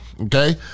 okay